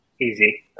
easy